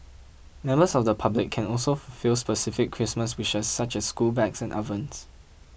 members of the public can also fulfil specific Christmas wishes such as school bags and ovens